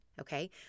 okay